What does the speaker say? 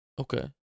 Okay